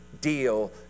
deal